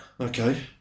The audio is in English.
okay